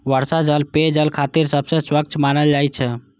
वर्षा जल पेयजल खातिर सबसं स्वच्छ मानल जाइ छै